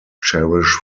cherish